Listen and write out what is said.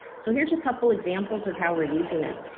so here's a couple examples of how we're using it.